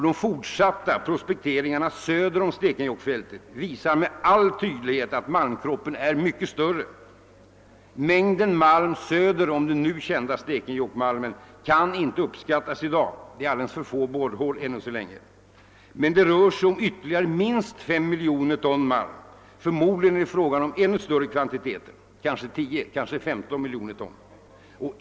De fortsatta projekteringarna söder om Stekenjokkfältet visar med all tydlighet att malmkroppen är mycket större. Mängden malm söder om den nu kända Stekenjokkmalmen kan inte uppskattas i dag, eftersom det ännu så länge finns alldeles för få borrhål, men det rör sig om ytterligare minst 5 miljoner ton malm. Förmodligen är det fråga om ännu större kvantiteter, kanske 10 eller 15 miljoner ton.